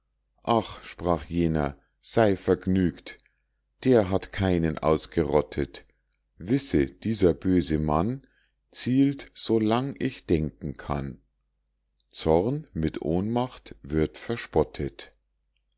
ach sprach jener sey vergnügt der hat keinen ausgerottet wisse dieser böse mann zielt so lang ich denken kann zorn mit ohnmacht wird verspottet